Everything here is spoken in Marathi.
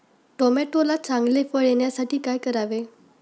टोमॅटोला चांगले फळ येण्यासाठी काय करावे?